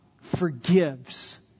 forgives